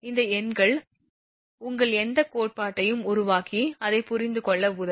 இந்த எண்கள் உங்கள் எந்த கோட்பாட்டையும் உருவாக்கி அதை புரிந்துகொள்ள உதவும்